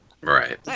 Right